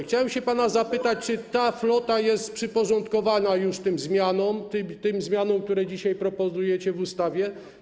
Chciałem się pana zapytać, czy ta flota jest przyporządkowana już tym zmianom, które dzisiaj proponujecie w ustawie?